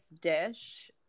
dish